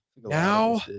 now